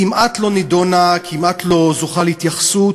כמעט לא נדונה, כמעט לא זוכה להתייחסות.